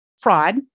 fraud